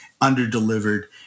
under-delivered